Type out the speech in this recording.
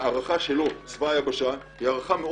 ההערכה שלו אל צבא היבשה שלנו היא מאוד